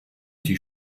die